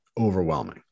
overwhelming